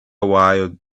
while